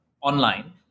online